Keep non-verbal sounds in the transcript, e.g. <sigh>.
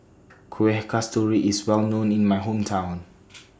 Kuih Kasturi IS Well known in My Hometown <noise>